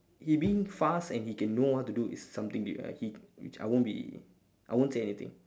he being fast and he can know how to do is something big ah he which I won't be I won't say anything